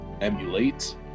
emulate